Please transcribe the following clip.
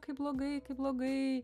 kaip blogai kaip blogai